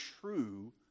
true